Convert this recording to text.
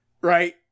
right